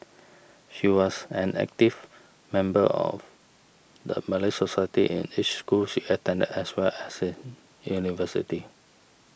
she was an active member of the Malay Society in each school she attended as well as in university